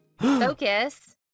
focus